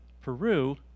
Peru